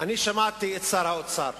אני חושב שאז אנחנו נגיע למשוואה הנכונה.